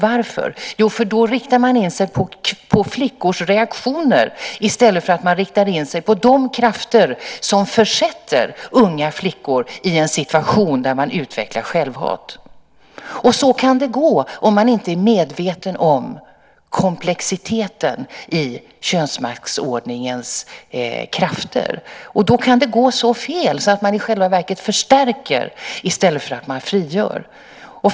Varför? Jo, då riktar man in sig på flickors reaktioner i stället för att rikta in sig på de krafter som försätter unga flickor i en situation där de utvecklar självhat. Så kan det gå om man inte är medveten om komplexiteten i könsmaktsordningens krafter. Och då kan det gå så fel att man i själva verket förstärker i stället för att man frigör.